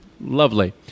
lovely